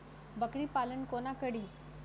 बकरी पालन कोना करि?